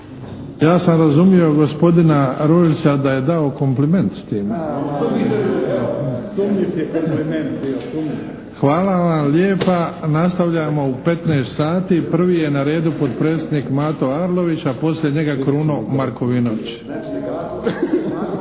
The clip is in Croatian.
s time. … /Upadica: Sumnjiv je kompliment bio, sumnjiv./ … Hvala vam lijepa. Nastavljamo u 15 sati. Prvi je na redu potpredsjednik Mato Arlović, a poslije njega Kruno Markovinović.